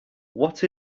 what